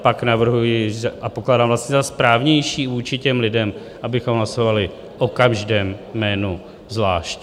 Pak navrhuji a pokládám za správnější vůči těm lidem, abychom hlasovali o každém jménu zvlášť.